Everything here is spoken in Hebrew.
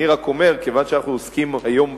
אני רק אומר, כיוון שאנחנו עוסקים היום,